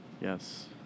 Yes